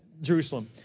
Jerusalem